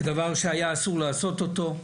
זה דבר שהיה אסור לעשות אותו.